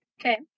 Okay